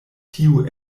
tio